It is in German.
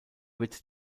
wird